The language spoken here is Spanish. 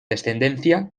descendencia